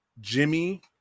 Jimmy